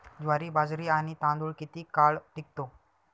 ज्वारी, बाजरी आणि तांदूळ किती काळ टिकतो?